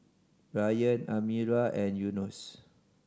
Ryan Amirah and Yunos